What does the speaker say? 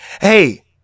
Hey